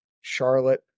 Charlotte